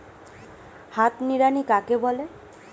হাত নিড়ানি কাকে বলে?